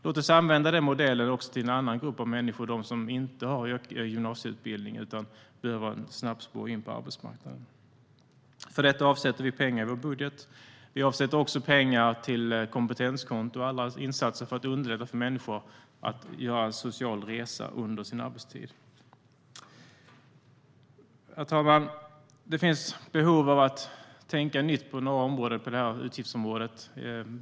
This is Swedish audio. Låt oss använda den modellen också till en annan grupp av människor, de som inte har gymnasieutbildning utan behöver ha ett snabbspår in på arbetsmarknaden. För detta avsätter vi pengar i vår budget. Vi avsätter också pengar till kompetenskonto och till insatser som underlättar för människor att göra en social resa under sitt arbetsliv. Herr talman! Det finns behov av att tänka nytt på några områden på det här utgiftsområdet.